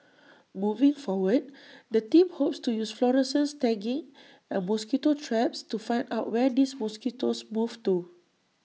moving forward the team hopes to use fluorescent tagging and mosquito traps to find out where these mosquitoes move to